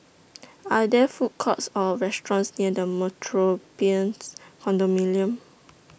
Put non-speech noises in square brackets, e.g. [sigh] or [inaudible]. [noise] Are There Food Courts Or restaurants near The Metropolitan Condominium